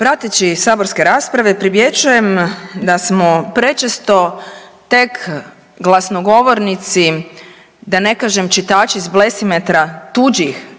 Prateći saborske rasprave primjećujem da smo prečesto tek glasnogovornici da ne kažem čitači s blesimetra tuđih